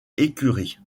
écurie